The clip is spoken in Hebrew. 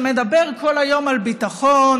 שמדבר כל היום על ביטחון,